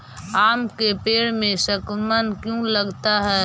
आम के पेड़ में संक्रमण क्यों लगता है?